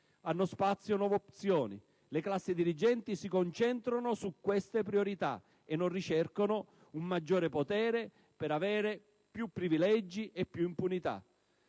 hanno spazio nuove opzioni. Le classi dirigenti si concentrano su queste priorità e non ricercano un maggiore potere per avere più privilegi e più impunità.